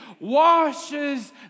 washes